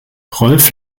rolf